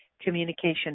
communication